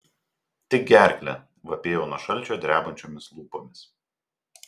tik gerklę vapėjau nuo šalčio drebančiomis lūpomis